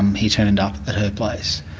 um he turned up at her place,